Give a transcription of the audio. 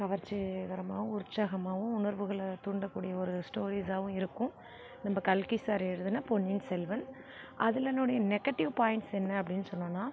கவர்ச்சிகரமாகவும் உற்சாகமாகவும் உணர்வுகளை தூண்டக்கூடிய ஒரு ஸ்டோரிஸாகவும் இருக்கும் நம்ப கல்கி சார் எழுதின பொன்னியின் செல்வன் அதில் என்னுடைய நெகட்டிவ் பாய்ண்ட்ஸ் என்ன அப்படின்னு சொல்லணுன்னா